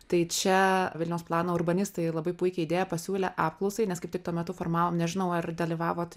tai čia vilniaus plano urbanistai labai puikią idėją pasiūlė apklausai nes kaip tik tuo metu formavom nežinau ar dalyvavote